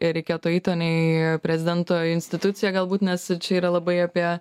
ir reikėtų eiti o ne į prezidento institucija galbūt nes čia yra labai apie